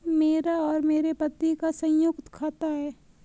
मेरा और मेरे पति का संयुक्त खाता है